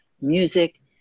music